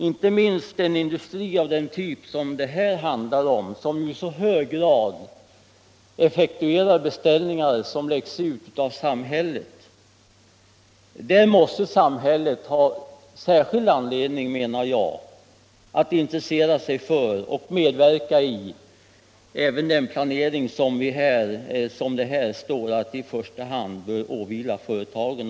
Inte minst en industri av den typ som det här handlar om, och som i så hög grad effektuerar beställningar som läggs ut av samhället, måste samhället enligt min me ning ha anledning att intressera sig för. Man måste även medverka i den planering som det här sägs bör åvila företagen.